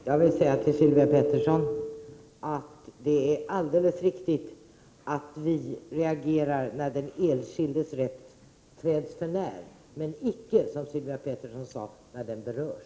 Herr talman! Jag vill säga till Sylvia Pettersson att det är alldeles riktigt att vi moderater reagerar när den enskildes rätts träds förnär men icke, som Sylvia Petterson sade, när den berörs.